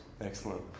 Excellent